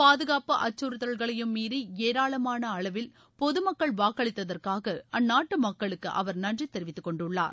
பாதுகாப்பு அச்சுறுத்தல்களையும் மீறி ஏராளமான அளவில் பொது மக்கள் வாக்களித்ததற்காக அந்நாட்டு மக்களுக்கு அவர் நன்றி தெரிவித்துக் கொண்டுள்ளார்